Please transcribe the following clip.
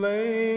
Lay